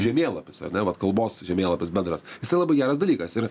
žemėlapis ar ne vat kalbos žemėlapis bendras jisai labai geras dalykas ir